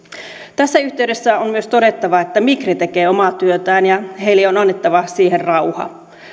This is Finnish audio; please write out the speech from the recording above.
tässä yhteydessä on myös todettava että migri tekee omaa työtään ja sille on annettava siihen rauha